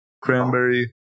cranberry